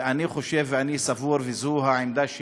ואני חושב ואני סבור, וזו העמדה שלי,